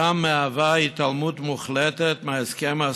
וגם לחקלאים.